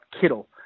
Kittle